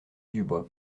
dubois